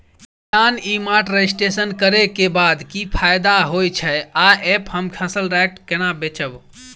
किसान e Mart registration करै केँ बाद की फायदा होइ छै आ ऐप हम फसल डायरेक्ट केना बेचब?